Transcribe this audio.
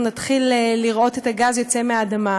נתחיל לראות את הגז יוצא מהאדמה,